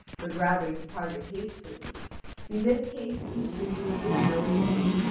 but rather departed hastily in this case entreaty was of no avail.